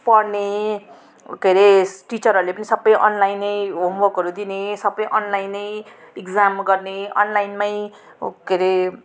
पढ्ने के अरे टिचरहरूले पनि सबै अनलाइनै होमवर्कहरू दिने सबै अनलाइनै इक्जाम गर्ने अनलाइनमै ओ के अरे